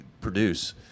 produce